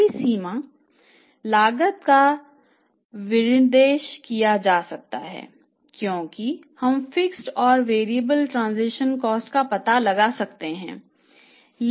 पहली सीमा लागत का विनिर्देशन किया जा सकता है क्योंकि हम फिक्स्ड का पता लगा सकते हैं